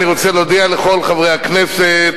אני רוצה להודיע לכל חברי הכנסת,